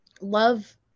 love